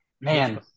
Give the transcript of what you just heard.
Man